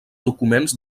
documents